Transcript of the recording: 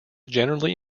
generally